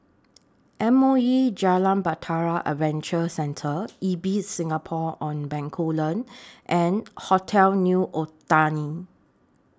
M O E Jalan Bahtera Adventure Centre Ibis Singapore on Bencoolen and Hotel New Otani